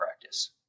practice